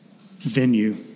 venue